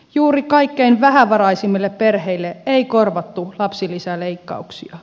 juuri kaikkein vähävaraisimmille perheille ei korvattu lapsilisäleikkauksia